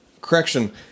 Correction